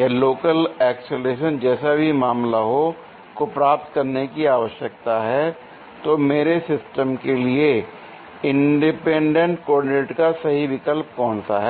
या local acceleration जैसा भी मामला हो को प्राप्त करने की आवश्यकता है तो मेरे सिस्टम के लिए इंडिपेंडेंट कोऑर्डिनेट का सही विकल्प कौन सा है